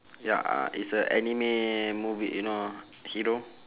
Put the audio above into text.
ya uh it's a anime movie you know hero